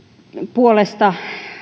puolesta